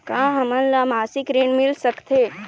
का हमन ला मासिक ऋण मिल सकथे?